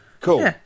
Cool